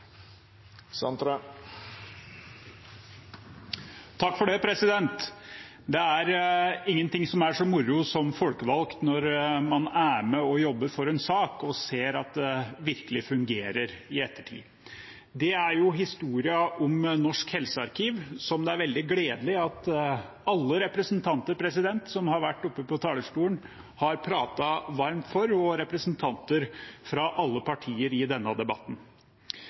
for en sak og ser at det virkelig fungerer i ettertid. Det er historien om Norsk helsearkiv, som det er veldig gledelig at alle representanter som har vært oppe på talerstolen, har pratet varmt for, representanter fra alle partier i denne debatten.